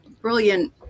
brilliant